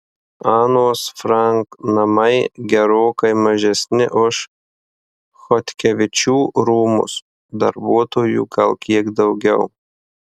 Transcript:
anos frank namai gerokai mažesni už chodkevičių rūmus darbuotojų gal kiek daugiau